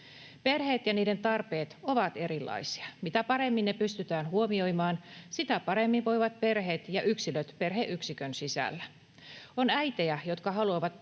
Perheet ja niiden tarpeet ovat erilaisia. Mitä paremmin ne pystytään huomioimaan, sitä paremmin voivat perheet ja yksilöt perheyksikön sisällä. On äitejä, jotka haluavat pian